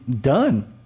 done